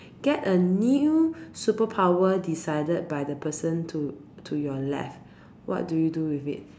get a new superpower decided by the person to to your left what do you do with it